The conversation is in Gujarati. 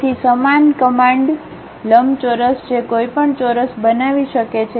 તેથી સમાન કમાન્ડ લંબચોરસ જે કોઈ પણ ચોરસ બનાવી શકે છે